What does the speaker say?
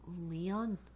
Leon